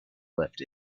left